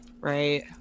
Right